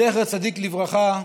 זכר צדיק לברכה,